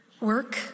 Work